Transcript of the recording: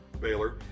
Baylor